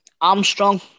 Armstrong